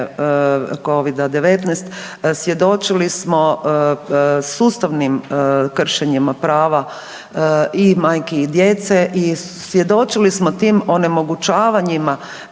Covida-19 svjedočili smo sustavnim kršenjima prava i majki i djece i svjedočili smo tim onemogućavanjima